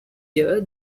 year